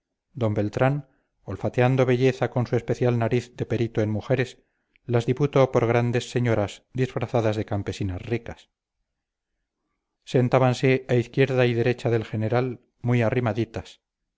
d beltrán olfateando belleza con su especial nariz de perito en mujeres las diputó por grandes señoras disfrazadas de campesinas ricas sentábanse a izquierda y derecha del general muy arrimaditas